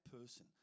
person